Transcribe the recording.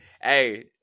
hey